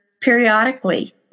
periodically